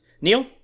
Neil